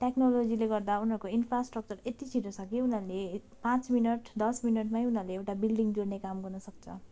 टेक्नोलोजीले गर्दा उनीहरूको इन्फ्रास्ट्रक्चर यति छिटो छ कि उनीहरूले पाँच मिनट दस मिनटमै उनीहरूले एउटा बिल्डिङ जोड्ने काम गर्नु सक्छ